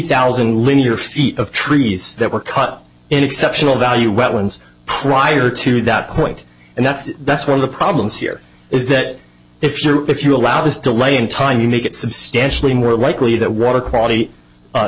thousand linear feet of trees that were cut in exceptional value wetlands prior to that point and that's that's one of the problems here is that if you're if you allow this delay in time you make it substantially more likely that water quality